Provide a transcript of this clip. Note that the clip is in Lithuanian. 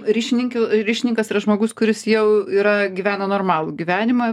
ryšininkių ryšininkas yra žmogus kuris jau yra gyvena normalų gyvenimą